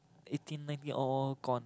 eighteen nineteen all gone